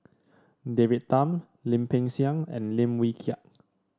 David Tham Lim Peng Siang and Lim Wee Kiak